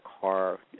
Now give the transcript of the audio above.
car